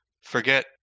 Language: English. forget